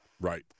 Right